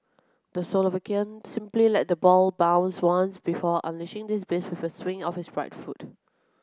the Slovakian simply let the ball bounced once before unleashing this beast with a swing of his right foot